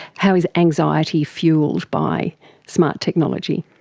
how is anxiety fuelled by smart technology?